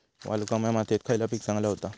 वालुकामय मातयेत खयला पीक चांगला होता?